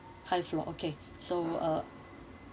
high floor okay so uh